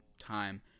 time